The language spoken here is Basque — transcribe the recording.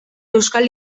euskal